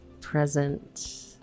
present